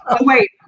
Wait